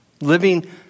living